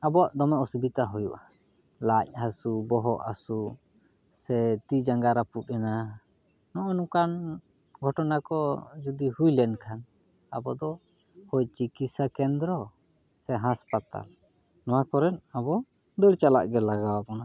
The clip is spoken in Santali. ᱟᱵᱚᱣᱟᱜ ᱫᱚᱢᱮ ᱚᱥᱩᱵᱤᱫᱟ ᱦᱩᱭᱩᱜᱼᱟ ᱞᱟᱡ ᱦᱟᱹᱥᱩ ᱵᱚᱦᱚᱜ ᱦᱟᱹᱥᱩ ᱥᱮ ᱛᱤᱼᱡᱟᱸᱜᱟ ᱨᱟᱹᱯᱩᱫ ᱚᱱᱮ ᱱᱚᱜᱼᱚ ᱱᱚᱝᱠᱟᱱ ᱜᱷᱚᱴᱚᱱᱟ ᱠᱚ ᱡᱩᱫᱤ ᱦᱩᱭ ᱞᱮᱱᱠᱷᱟᱱ ᱟᱵᱚ ᱫᱚ ᱦᱳᱭ ᱪᱤᱠᱤᱥᱥᱟ ᱠᱮᱱᱫᱨᱚ ᱥᱮ ᱦᱟᱥᱯᱟᱛᱟᱞ ᱱᱚᱣᱟ ᱠᱚᱨᱮᱫ ᱟᱵᱚ ᱫᱟᱹᱲ ᱪᱟᱞᱟᱜ ᱜᱮ ᱞᱟᱜᱟᱣ ᱵᱚᱱᱟ